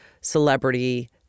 celebrity